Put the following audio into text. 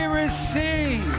receive